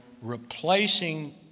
replacing